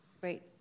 Great